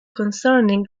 concerning